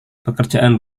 pekerjaan